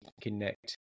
connect